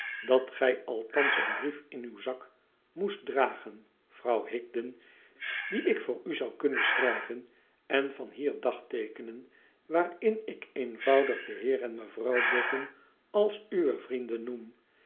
dat gij althans een briefin uw zak moest dragen vrouw higden dien ik voor u zou kunnen schrijven en van hier dagteekenen waarin ik eenvoudig den heer en mevrouw boffin als uwe vrienden noem